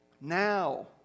now